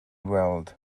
weld